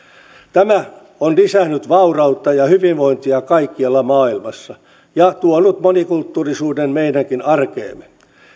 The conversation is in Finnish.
tämä on lisännyt vaurautta ja hyvinvointia kaikkialla maailmassa ja tuonut monikulttuurisuuden meidänkin arkeemme